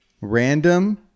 random